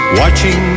watching